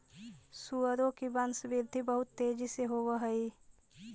सुअरों की वंशवृद्धि बहुत तेजी से होव हई